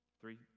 Three